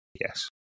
Yes